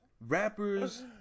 rappers